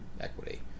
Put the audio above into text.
equity